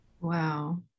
Wow